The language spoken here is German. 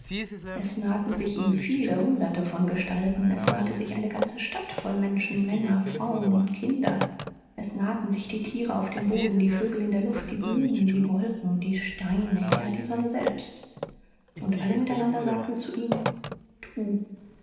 es nahten sich ihm viele hunderte von gestalten es nahte sich eine ganze stadt voll menschen männer frauen und kinder es nahten sich die tiere auf dem boden die vögel in der luft die blumen die wolken die steine ja die sonne selbst und alle miteinander sagten zu ihm du